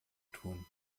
tun